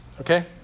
okay